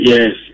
Yes